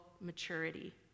maturity